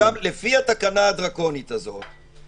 לפי התקנה הדרקונית הזאת,